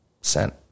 Sent